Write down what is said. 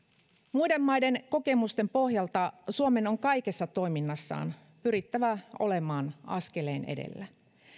muiden maiden kokemusten pohjalta suomen on kaikessa toiminnassaan pyrittävä olemaan askeleen edellä